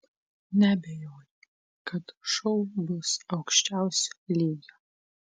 neabejoju kad šou bus aukščiausio lygio